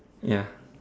ya